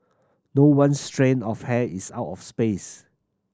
not one strand of hair is out of place